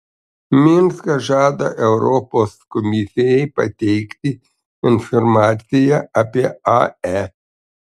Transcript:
minskas žada europos komisijai pateikti informaciją apie ae